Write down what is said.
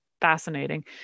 fascinating